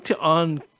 on